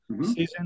season